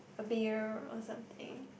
a beer or something